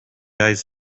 eyes